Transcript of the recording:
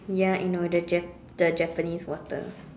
ya I know the Jap~ the Japanese water